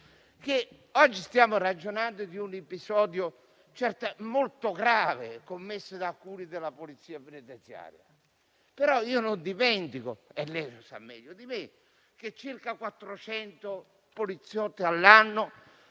che oggi stiamo ragionando di un episodio molto grave commesso da alcuni uomini della polizia penitenziaria; non dimentico però - e lo sa meglio di me - che circa 400 poliziotti all'anno